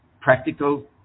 practical